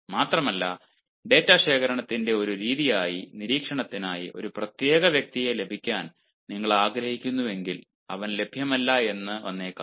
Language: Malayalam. മാത്രമല്ല ഡാറ്റാ ശേഖരണത്തിന്റെ ഒരു രീതിയായി നിരീക്ഷണത്തിനായി ഒരു പ്രത്യേക വ്യക്തിയെ ലഭിക്കാൻ നിങ്ങൾ ആഗ്രഹിക്കുന്നുവെങ്കിൽ അവൻ ലഭ്യമല്ല എന്ന് വന്നേക്കാം